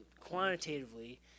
quantitatively